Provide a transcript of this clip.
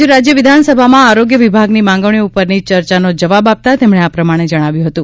આજે રાજ્ય વિધાનસભામાં આરોગ્ય વિભાગની માગણીઓ ઉપરની ચર્ચાનો જવાબ આપતાં તેમણે આ પ્રમાણે જણાવ્યું હતું